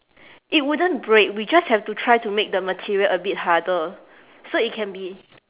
it wouldn't break we just have to try to make the material a bit harder so it can be